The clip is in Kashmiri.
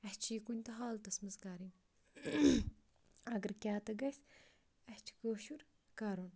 اَسہِ چھِ یہِ کُنہِ تہِ حالتَس منٛز کَرٕنۍ اگر کیٛاہ تہِ گژھِ اَسہِ چھِ کٲشُر کَرُن